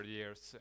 years